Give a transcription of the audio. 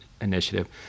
initiative